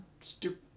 stupid